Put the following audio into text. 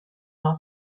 our